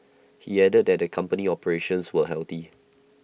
he added that the company's operations were healthy